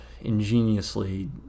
ingeniously